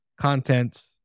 content